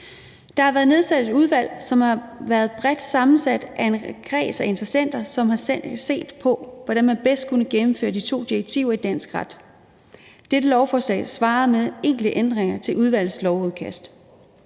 Der har været nedsat et udvalg, som har været bredt sammensat af en kreds af interessenter, som har set på, hvordan man bedst kunne gennemføre de to direktiver i dansk ret. Dette lovforslag svarer med enkelte ændringer til udvalgets lovudkast.